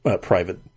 private